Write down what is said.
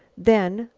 then,